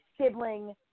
sibling